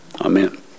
Amen